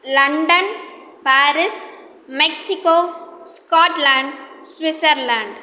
London Paris Mexico Scotland Switzerland